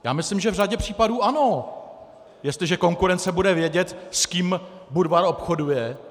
Já myslím, že v řadě případů ano, jestliže konkurence bude vědět, s kým Budvar obchoduje.